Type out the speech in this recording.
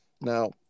Now